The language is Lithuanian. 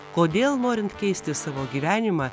kodėl norint keisti savo gyvenimą